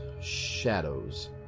Shadows